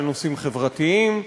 לנושאים חברתיים.